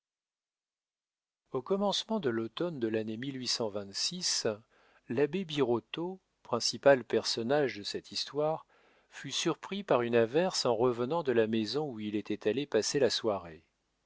au commencement de l'automne de l'année l'abbé birotteau principal personnage de cette histoire fut surpris par une averse en revenant de la maison où il était allé passer la soirée